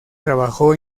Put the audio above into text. trabajó